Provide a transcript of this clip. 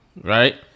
Right